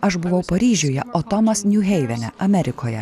aš buvau paryžiuje o tomas niuheivene amerikoje